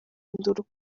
induru